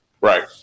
Right